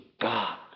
God